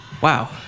Wow